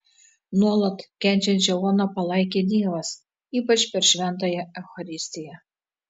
nuolat kenčiančią oną palaikė dievas ypač per šventąją eucharistiją